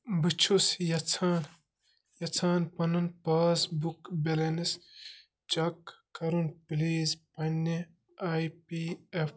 بہٕ چھُس یَژھان یَژھان پَنُن پاس بُک بیٚلَنٕس چیک کَرُن پُلیٖز پَنٕنہِ آئۍ پی اٮ۪ف